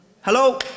Hello